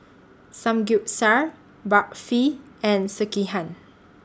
Samgeyopsal Barfi and Sekihan